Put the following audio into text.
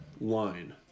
line